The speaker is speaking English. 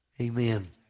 Amen